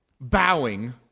bowing